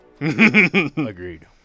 Agreed